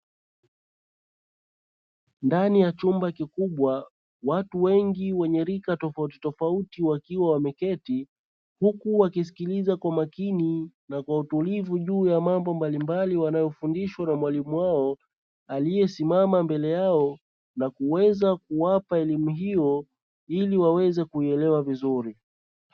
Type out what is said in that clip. Ndani ya chumba kikubwa watu wengi wenye rika tofauti tofauti wakiwa wameketi huku wakisikiliza kwa makini na kwa utulivu juu ya mambo mbalimbali wanayofundishwa na mwalimu wao aliyesimama mbele yao na kuweza kuwapa elimu hiyo ili waweze kuielewa vizuri